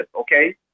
Okay